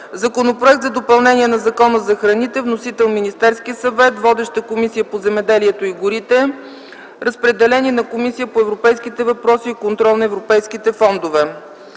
Законопроект за допълнение на Закона за храните. Вносител е Министерският съвет. Водеща е Комисията по земеделието и горите, разпределен е и на Комисията по европейските въпроси и контрол на европейските фондове.